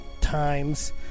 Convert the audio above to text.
times